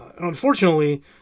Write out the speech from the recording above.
Unfortunately